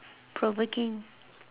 provoking